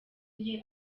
nke